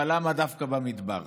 אבל למה דווקא במדבר?